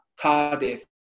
Cardiff